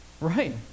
Right